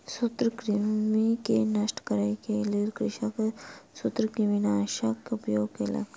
सूत्रकृमि के नष्ट करै के लेल कृषक सूत्रकृमिनाशकक उपयोग केलक